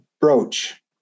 brooch